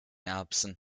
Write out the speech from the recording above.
erbsen